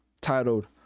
titled